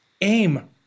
aim